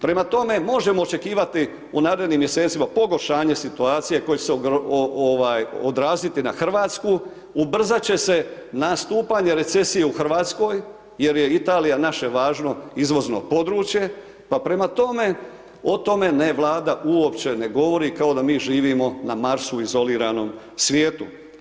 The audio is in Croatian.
Prema tome, možemo očekivati u narednim mjesecima pogoršanje situacije koji se, ovaj, odraziti na Hrvatsku, ubrzat će se nastupanje recesije u Hrvatskoj, jer je Italija naše važno izvozno područje, pa prema tome, o tome ne Vlada uopće ne govori, ako da mi živimo na Marsu, izoliranom svijetu.